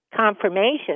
Confirmation